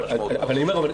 אבל אני אומר,